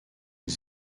les